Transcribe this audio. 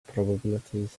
probabilities